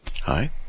Hi